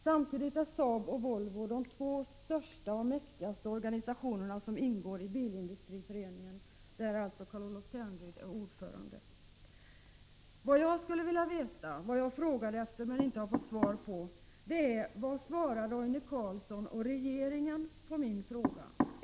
Samtidigt är Saab och Volvo de två största och mäktigaste organisationerna som ingår i Bilindustriföreningen, där Carl-Olof Ternryd alltså är ordförande. Vad jag skulle vilja veta — vad jag frågade efter men inte fick svar på — är Roine Carlssons och regeringens uppfattning.